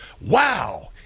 Wow